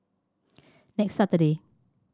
next Saturday